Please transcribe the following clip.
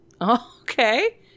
okay